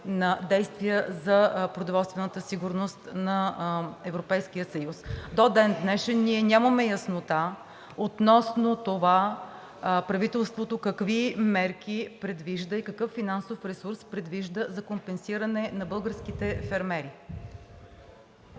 на действия за продоволствената сигурност на Европейския съюз. До ден днешен ние нямаме яснота относно това правителството какви мерки предвижда и какъв финансов ресурс предвижда за компенсиране на българските фермери.